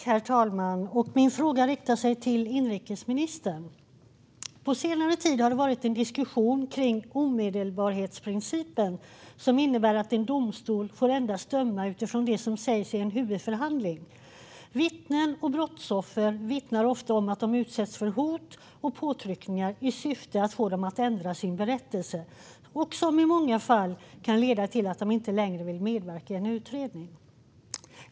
Herr talman! Min fråga riktar sig till inrikesministern. På senare tid har det varit en diskussion kring omedelbarhetsprincipen som innebär att en domstol endast får döma utifrån det som sägs i en huvudförhandling. Vittnen och brottsoffer vittnar ofta om att de utsätts för hot och påtryckningar i syfte att få dem att ändra sin berättelse, vilket i många fall kan leda till att de inte längre vill medverka i en utredning.